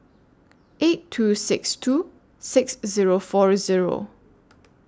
eight two six two six Zero four Zero